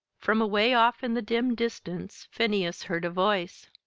from away off in the dim distance phineas heard a voice.